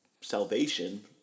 salvation